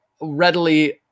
readily